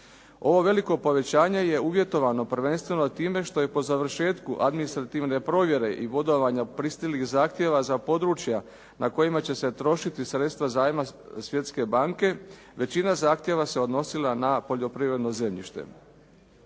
Ovo veliko povećanje je uvjetovano prvenstveno time što je po završetku administrativne provjere i bodovanja pristiglih zahtjeva za područja na kojima će se trošiti sredstva zajma Svjetske banke većina zahtjeva se odnosila na poljoprivredno zemljište.